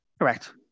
Correct